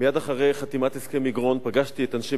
מייד אחרי חתימת הסכם מגרון פגשתי את אנשי